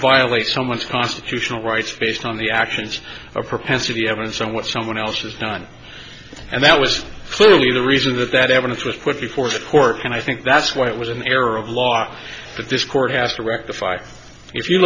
violate someone's constitutional rights based on the actions or propensity evidence on what someone else has done and that was clearly the reason that that evidence was put before support and i think that's why it was an error of law that this court has to rectify if you